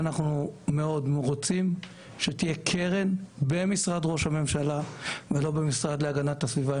אנחנו מבקשים קרן במשרד ראש הממשלה ולא במשרד להגנת הסביבה,